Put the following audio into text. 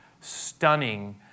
stunning